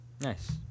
Nice